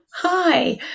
Hi